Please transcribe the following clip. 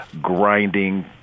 grinding